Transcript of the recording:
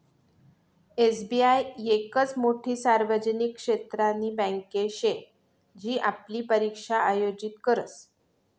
SBI येकच मोठी सार्वजनिक क्षेत्रनी बँके शे जी आपली परीक्षा आयोजित करस